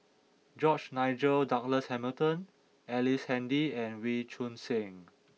George Nigel Douglas Hamilton Ellice Handy and Wee Choon Seng